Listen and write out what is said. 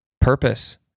purpose